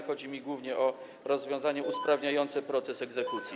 Chodzi mi głównie o rozwiązania usprawniające proces egzekucji.